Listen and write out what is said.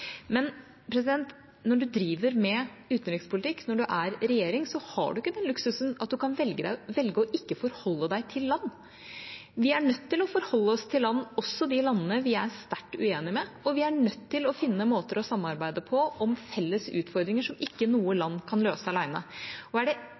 Når man driver med utenrikspolitikk og er i regjering, har man ikke den luksusen at man kan velge ikke å forholde seg til land. Vi er nødt til å forholde oss til land, også de landene som vi er sterkt uenig med, og vi er nødt til å finne måter å samarbeide på om felles utfordringer som ikke noe